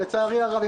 לצערי הרב,